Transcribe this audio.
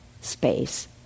space